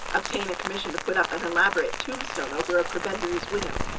obtain a commission to put up an elaborate tombstone over a prebendary's widow,